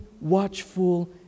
watchful